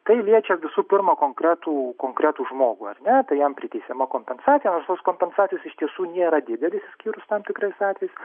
tai liečia visų pirma konkretų konkretų žmogų ar ne tai jam priteisiama kompensacija o tos kompensacijos iš tiesų nėra didelės išskyrus tam tikrais atvejais